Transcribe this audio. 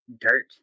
dirt